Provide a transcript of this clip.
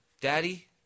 Daddy